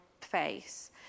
face